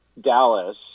Dallas